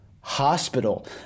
hospital